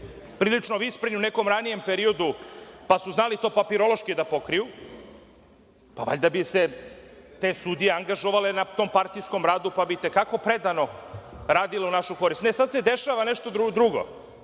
prilično vispreni u nekom ranijem periodu, pa su to znali papirološki da pokriju. Valjda bi se te sudije angažovale na partijskom radu, pa bi i te kako predano radile u našu korist. Ne, sada se dešava nešto drugo.